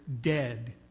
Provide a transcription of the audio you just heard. dead